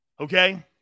okay